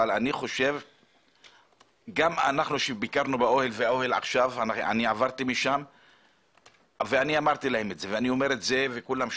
אבל גם אנחנו ביקרנו באוהל ואמרתי להם ואני אומר את זה וכולם שומעים: